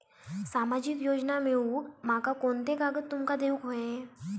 सामाजिक योजना मिलवूक माका कोनते कागद तुमका देऊक व्हये?